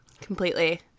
Completely